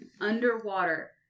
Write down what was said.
underwater